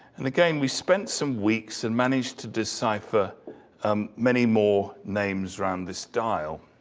and again, we spent some weeks and managed to decipher um many more names round this dial.